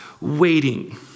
waiting